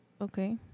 okay